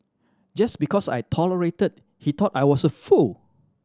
just because I tolerated he thought I was a fool